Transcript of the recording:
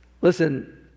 Listen